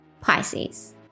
Pisces